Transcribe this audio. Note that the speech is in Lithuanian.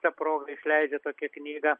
ta proga leidžia tokią knygą